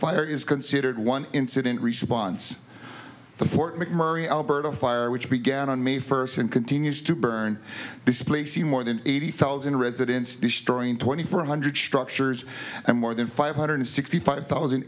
fire is considered one incident response the fort mcmurray alberta fire which began on may first and continues to burn displace the more than eighty thousand residents destroying twenty four hundred structures and more than five hundred sixty five thousand